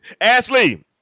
Ashley